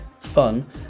fun